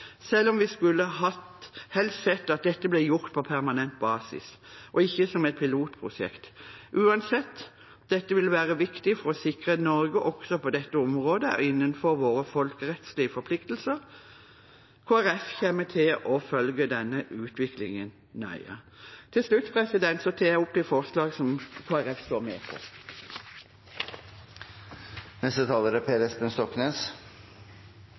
selv om vi helst skulle sett at dette ble gjort på permanent basis og ikke som et pilotprosjekt. Uansett: Det vil være viktig for å sikre at Norge også på dette området er innenfor sine folkerettslige forpliktelser. Kristelig Folkeparti kommer til å følge denne utviklingen nøye.